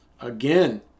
Again